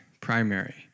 primary